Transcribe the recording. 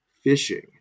fishing